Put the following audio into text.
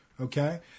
Okay